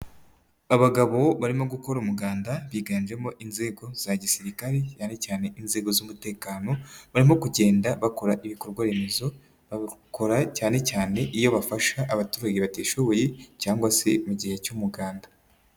Abagabo barimo gukora umuganda biganjemo inzego za gisirikare cyane cyane inzego z'umutekano, barimo kugenda bakora ibikorwa remezo babikora cyane cyane iyo bafasha abaturage batishoboye cyangwa se mu gihe cy'umuganda.